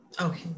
Okay